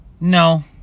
No